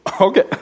okay